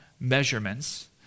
measurements